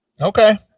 Okay